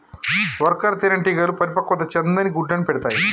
worker తేనెటీగలు పరిపక్వత చెందని గుడ్లను పెడతాయి